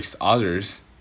others